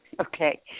Okay